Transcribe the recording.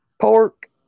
Pork